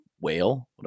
whale